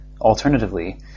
Alternatively